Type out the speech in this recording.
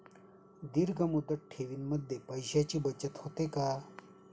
दीर्घ मुदत ठेवीमध्ये पैशांची बचत होते का?